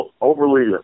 overly